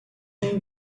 این